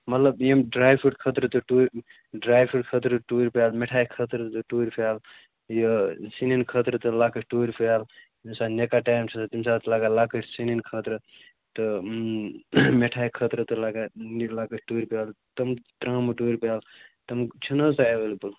مطلب یِم dry fruit خٲطرٕ تہِ ٹوٗر ڈرٛے فرٛوٗٹ خٲطرٕ ٹوٗرِ پیٛالہٕ مِٹھٲیۍ خٲطرٕ تہِ ٹوٗرِ پیٛالہٕ یہِ سِنٮ۪ن خٲطرٕ تہِ لۅکٕٹۍ ٹوٗرِ پیٛالہٕ ییٚمہِ ساتہٕ نِکاح ٹایِم چھِ آسان تَمہِ ساتہٕ چھِ لگان لۅکٕٹۍ سِنٮ۪ن خٲطرٕ تہٕ مِٹھٲیۍ خٲطرٕ تہِ لگان لۅکٕٹۍ ٹوٗر پیٛالہٕ تِم ترٛامہٕ ٹوٗر پیٛالہٕ تِم چھِنہٕ حظ تۄہہِ ایٚویلیبُل